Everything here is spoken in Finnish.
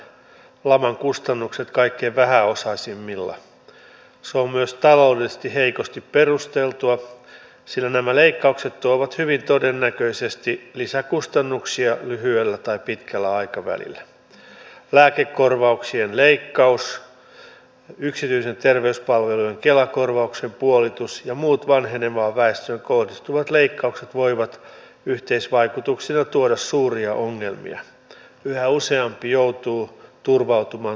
on erittäin hyvä että hallitus on miettinyt keskuudessaan sitä että nämä työvoimahallinnon palvelut siirrettäisiin näistä tehottomasti toimivista te toimistoista kuntiin koska nimenomaan työvoimahallinnon palvelut ovat mitä suurimmassa määrin työnhakijoiden ja työnantajien lähipalvelua ja tällä hetkellä tätä palvelua ei saa riittävän nopeasti käytännössä joskus lainkaan